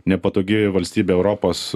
nepatogi valstybė europos